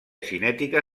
cinètica